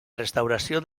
restauració